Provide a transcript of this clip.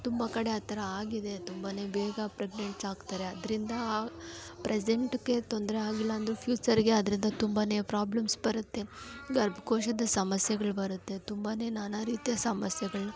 ತುಂಬ ಕಡೆ ಆ ಥರ ಆಗಿದೆ ತುಂಬ ಬೇಗ ಪ್ರೆಗ್ನೆಂಟ್ಸ್ ಆಗ್ತಾರೆ ಅದರಿಂದಾ ಪ್ರೆಸೆಂಟಿಗೆ ತೊಂದರೆ ಆಗಿಲ್ಲ ಅಂದರೂ ಫ್ಯೂಚರಿಗೆ ಅದರಿಂದ ತುಂಬ ಪ್ರಾಬ್ಲಮ್ಸ್ ಬರುತ್ತೆ ಗರ್ಭಕೋಶದ ಸಮಸ್ಯೆಗಳು ಬರುತ್ತೆ ತುಂಬಾ ನಾನಾ ರೀತಿಯ ಸಮಸ್ಯೆಗಳನ್ನ